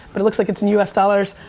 but it looks like it's in us dollars.